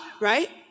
right